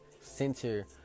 center